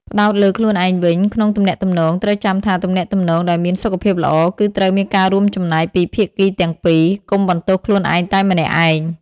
ផ្តោតលើខ្លួនឯងវិញ ក្នុងទំនាក់ទំនង ត្រូវចាំថា ទំនាក់ទំនងដែលមានសុខភាពល្អ គឺត្រូវមានការរួមចំណែកពីភាគីទាំងពីរ។ កុំបន្ទោសខ្លួនឯងតែម្នាក់ឯង។